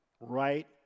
Right